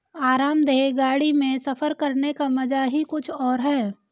आरामदेह गाड़ी में सफर करने का मजा ही कुछ और है